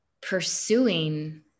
pursuing